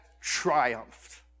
triumphed